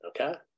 Okay